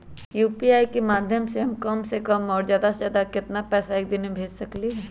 UPI के माध्यम से हम कम से कम और ज्यादा से ज्यादा केतना पैसा एक दिन में भेज सकलियै ह?